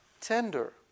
tender